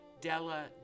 Della